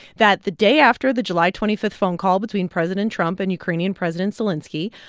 that the day after the july twenty five phone call between president trump and ukrainian president zelenskiy,